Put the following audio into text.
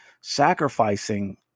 sacrificing